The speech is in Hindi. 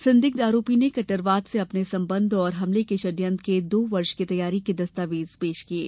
संदिग्ध आरोपी ने कट्टरवाद से अपने संबंध और हमले के षडयंत्र के दो वर्ष की तैयारी के दस्तावेज़ पेश किये